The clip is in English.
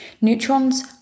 neutrons